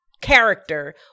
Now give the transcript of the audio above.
character